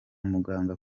muganga